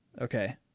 Okay